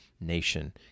nation